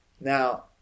Now